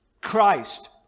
Christ